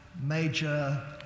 major